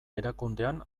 erakundean